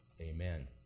amen